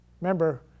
Remember